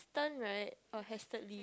hasten right or hastened